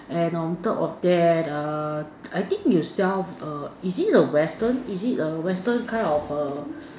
and on top of that err I think you sell err is it a Western is it a Western kind of err